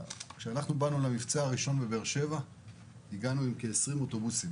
כשבאנו למבצע הראשון בבאר שבע הגענו עם כ-20 אוטובוסים